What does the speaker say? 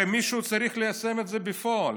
הרי מישהו צריך ליישם את זה בפועל.